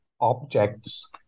objects